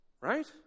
Right